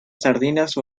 sardinas